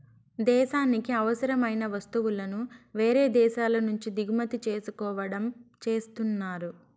దేశానికి అవసరమైన వస్తువులను వేరే దేశాల నుంచి దిగుమతి చేసుకోవడం చేస్తున్నారు